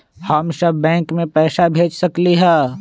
हम सब बैंक में पैसा भेज सकली ह?